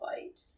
fight